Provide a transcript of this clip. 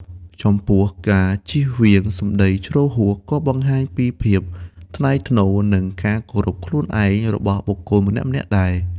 ចំពោះការចៀសវាង សម្ដីជ្រុលហួស ក៏បង្ហាញពី ភាពថ្លៃថ្នូរ និង ការគោរពខ្លួនឯង របស់បុគ្គលម្នាក់ៗដែរ។